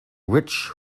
rich